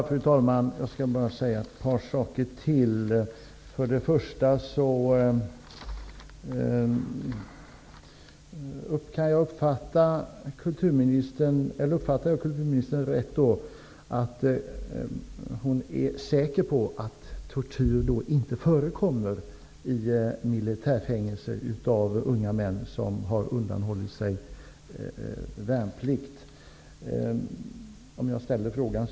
Fru talman! Jag skall bara säga ett par saker till. För det första vill jag ställa en rak fråga: Uppfattar jag kulturministern rätt, att hon är säker på att tortyr av unga män, som har undanhållit sig värnplikt, inte förekommer i militärfängelse?